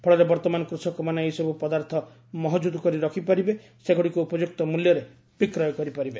ଫଳରେ ବର୍ତ୍ତମାନ କୃଷକମାନେ ଏହିସବୁ ପଦାର୍ଥ ମହକୁଦ କରି ରଖିପାରିବେସେଗୁଡ଼ିକୁ ଉପଯୁକ୍ତ ମୂଲ୍ୟରେ ବିକ୍ରୟ କରିପାରିବେ